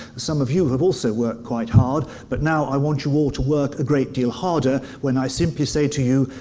some of you have also worked quite hard, but now i want you all to work a great deal harder, when i simply say to you,